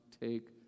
take